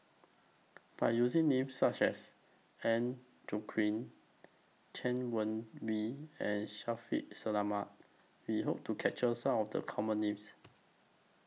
By using Names such as Agnes Joaquim Chay Weng Yew and Shaffiq Selamat We Hope to capture Some of The Common Names